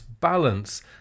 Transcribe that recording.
balance